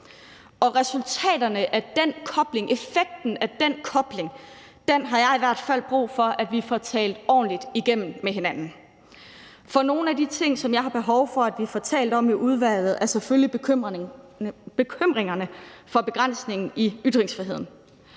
effekten af den kobling, har jeg i hvert fald brug for vi får talt ordentligt igennem med hinanden. For nogle af de ting, som jeg har behov for vi får talt om i udvalget, er selvfølgelig bekymringerne for begrænsningen i ytringsfriheden